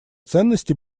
ценности